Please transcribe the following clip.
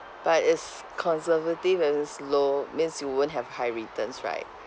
but is conservative that means low means you won't have high returns right